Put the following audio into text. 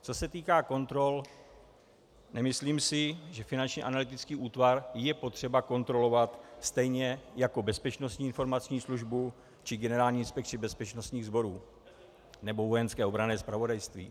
Co se týká kontrol, nemyslím si, že Finanční analytický útvar je potřeba kontrolovat stejně jako Bezpečnostní informační službu či Generální inspekci bezpečnostních sborů nebo Vojenské obranné zpravodajství.